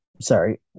sorry